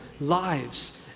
lives